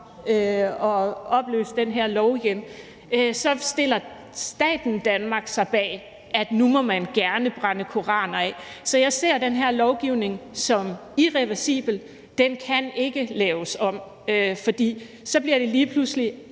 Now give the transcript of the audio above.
at opløse den her lov igen, stiller staten Danmark sig bag, at nu må man gerne brænde koraner af. Så jeg ser den her lovgivning som irreversibel; den kan ikke laves om. For så bliver det lige pludselig